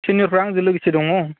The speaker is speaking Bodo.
सिनियरफोरा आंजों लोगोसे दङ